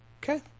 Okay